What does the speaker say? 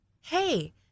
Hey